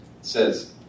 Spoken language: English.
says